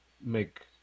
make